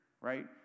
right